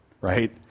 right